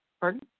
Pardon